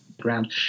ground